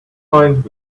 find